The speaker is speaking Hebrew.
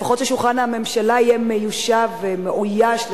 לפחות ששולחן הממשלה יהיה מיושב ומאויש.